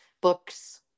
books